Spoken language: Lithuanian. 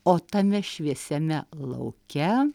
o tame šviesiame lauke